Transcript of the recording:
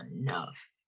enough